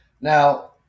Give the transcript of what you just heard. Now